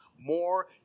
more